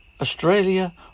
Australia